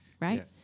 right